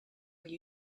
will